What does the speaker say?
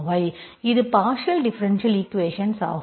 இது partial differential equations ஆகும்